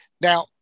now